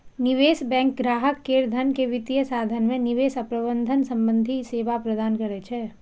निवेश बैंक ग्राहक केर धन के वित्तीय साधन मे निवेश आ प्रबंधन संबंधी सेवा प्रदान करै छै